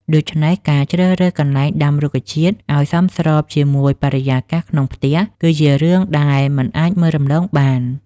ដូច្នេះ ការជ្រើសរើសកន្លែងដាក់រុក្ខជាតិឲ្យសមស្របជាមួយបរិយាកាសក្នុងផ្ទះ គឺជារឿងដែលមិនអាចមើលរំលងបាន។